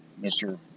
Mr